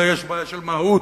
אלא יש בעיה של מהות.